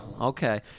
okay